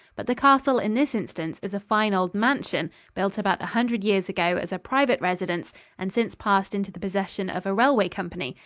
but the castle in this instance is a fine old mansion built about a hundred years ago as a private residence and since passed into the possession of a railway company,